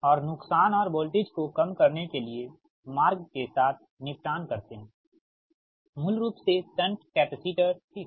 और नुकसान और वोल्टेज को कम करने के लिए मार्ग के साथ निपटान करते हैंमूल रूप से शंट कैपेसिटर ठीक